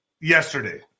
yesterday